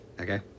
Okay